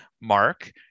Mark